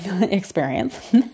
experience